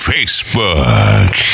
Facebook